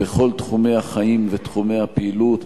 בכל תחומי החיים ותחומי הפעילות,